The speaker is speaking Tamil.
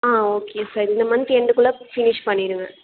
ஆ ஓகே சார் இந்த மந்த் எண்டு குள்ளே ஃபினிஷ் பண்ணிவிடுங்க